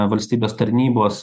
valstybės tarnybos